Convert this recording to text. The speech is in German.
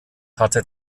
hatte